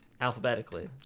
alphabetically